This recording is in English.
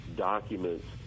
documents